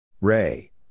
Ray